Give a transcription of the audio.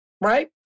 right